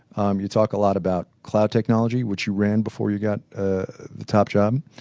um you talk a lot about cloud technology which you ran before you got ah the top job.